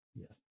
Yes